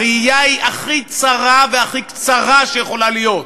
הראייה היא הכי צרה והכי קצרה שיכולה להיות.